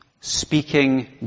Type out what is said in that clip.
speaking